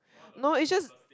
no it's just